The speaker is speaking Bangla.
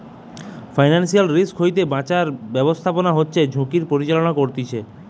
ফিনান্সিয়াল রিস্ক হইতে বাঁচার ব্যাবস্থাপনা হচ্ছে ঝুঁকির পরিচালনা করতিছে